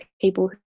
people